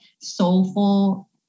soulful